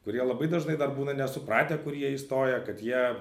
kurie labai dažnai dar būna nesupratę kur jie įstoja kad jie